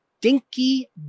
Dinky